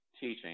teaching